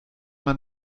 man